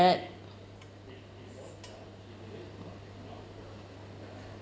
bad